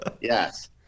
Yes